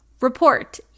report